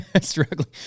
struggling